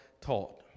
taught